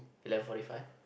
eleven forty five